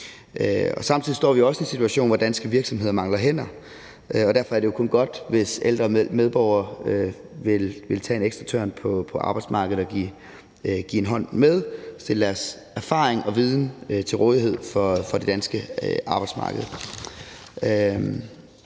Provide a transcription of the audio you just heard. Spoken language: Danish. Samtidig står vi jo også i en situation, hvor danske virksomheder mangler hænder, og derfor er det jo kun godt, hvis ældre medborgere vil tage en ekstra tørn på arbejdsmarkedet, give en hånd med og stille deres erfaring og viden til rådighed for det danske arbejdsmarked.